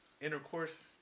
intercourse